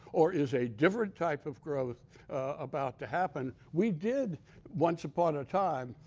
or is a different type of growth about to happen. we did once upon a time,